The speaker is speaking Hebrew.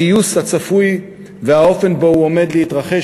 הגיוס הצפוי והאופן שבו הוא עומד להתרחש